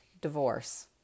Divorce